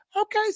Okay